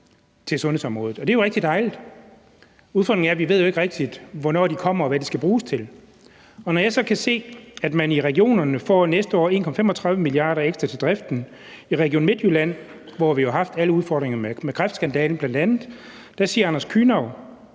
til sundhedsområdet, og det er jo rigtig dejligt. Udfordringen er jo, at vi ikke rigtig ved, hvornår de kommer, og hvad de skal bruges til. Jeg kan så se, at man i regionerne næste år får 1,35 mia. kr. ekstra til driften. I Region Midtjylland, hvor vi jo har haft alle udfordringerne med bl.a. kræftskandalen, siger Anders Kühnau,